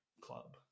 club